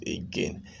again